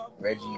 Reggie